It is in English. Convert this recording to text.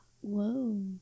Whoa